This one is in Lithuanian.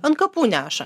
ant kapų neša